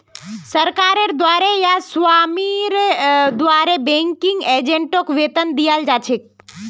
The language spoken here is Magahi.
सरकारेर द्वारे या स्वामीर द्वारे बैंकिंग एजेंटक वेतन दियाल जा छेक